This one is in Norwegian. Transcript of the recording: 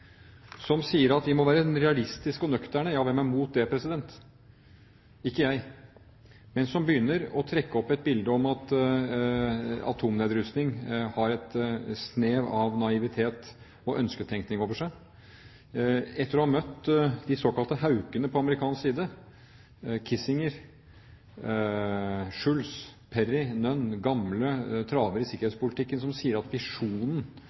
som sier at vi må være realistiske og nøkterne. Ja, hvem er imot det? Ikke jeg. Men så begynner de å trekke opp et bilde om at atomnedrustning har et snev av naivitet og ønsketenkning over seg. Etter å ha møtt de såkalte haukene på amerikansk side – Kissinger, Schultz, Perry, Nunn, gamle travere i sikkerhetspolitikken – som sier at visjonen